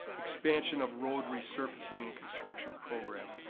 expansion of road resurfacing and construction program.